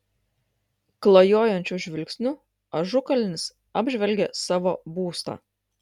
klajojančiu žvilgsniu ažukalnis apžvelgė savo būstą